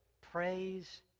praise